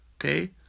Okay